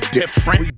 different